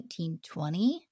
1920